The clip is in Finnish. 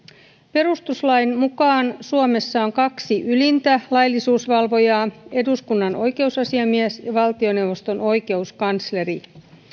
perustuslain mukaan suomessa on kaksi ylintä laillisuusvalvojaa eduskunnan oikeusasiamies ja valtioneuvoston oikeuskansleri